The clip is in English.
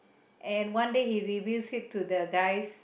and one day he reveals it to the guy